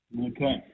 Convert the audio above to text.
Okay